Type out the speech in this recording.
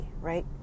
right